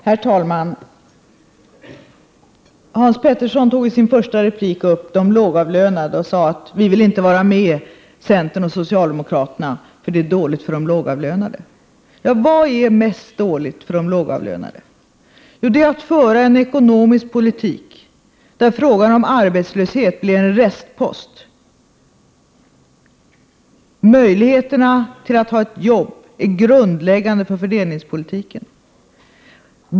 Herr talman! Hans Petersson tog i sin första replik upp de lågavlönades situation och sade att vpk inte vill följa centern, och socialdemokraternas förslag, eftersom det är dåligt för de lågavlönade. Vad är då sämst för de lågavlönade? Det är när man för en ekonomisk politik där frågan om arbetslöshet blir en restpost. Möjligheten att ha ett arbete är grundläggande för fördelningspolitiken.